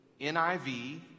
NIV